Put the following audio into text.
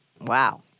wow